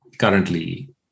currently